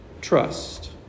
trust